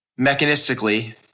mechanistically